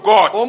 God